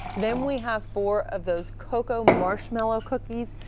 then we have four of those cocoa marshmallow cookies.